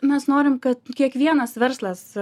mes norim kad kiekvienas verslas